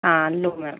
हाँ लो मैम